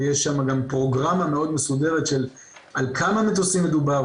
ויש שם גם פרוגרמה מאוד מסודרת של על כמה מטוסים מדובר,